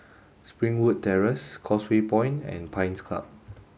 Springwood Terrace Causeway Point and Pines Club